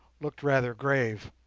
looked rather grave,